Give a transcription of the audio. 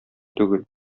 түгел